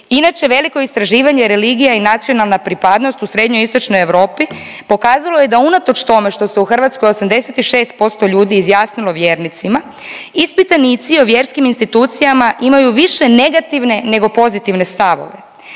Inače veliko istraživanje religija i nacionalna pripadnost u srednjoj i istočnoj Europi pokazalo je da unatoč tome što se u Hrvatskoj 86% ljudi izjasnilo vjernicima ispitanici o vjerskim institucijama imaju više negativne nego pozitivne stavove.